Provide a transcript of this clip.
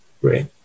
Great